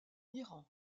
iran